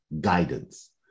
guidance